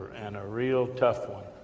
and a real tough one.